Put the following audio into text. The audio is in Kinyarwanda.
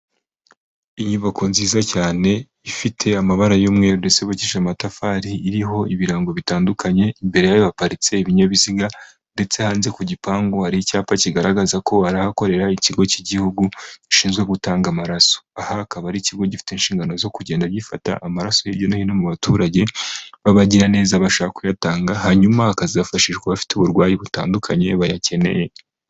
Inyubako nziza cyane, ifite amabara y'umweru ndetse yubakishijwe amatafari, iriho ibirango bitandukanye, imbere y'abaparitse ibinyabiziga ndetse hanze ku gipangu hari icyapa kigaragaza ko ari ahakorera ikigo cy'igihugu, gishinzwe gutanga amaraso. Aha akaba ari ikigo gifite inshingano zo kugenda gifata amaraso hirya no hino mu baturage, b'abagiraneza bashaka kuyatanga, hanyuma akazafashishwa abafite uburwayi butandukanye bayakeneye.